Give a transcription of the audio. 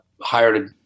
hired